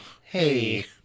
Hey